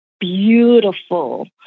beautiful